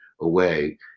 away